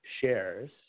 shares